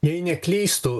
jei neklystu